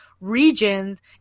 regions